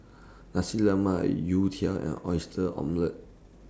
Nasi Lemak Youtiao and Oyster Omelette